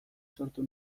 sortu